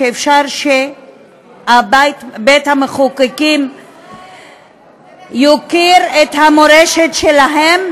שאפשר שבית המחוקקים יוקיר את המורשת שלהם?